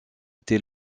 été